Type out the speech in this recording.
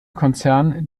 konzern